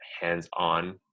hands-on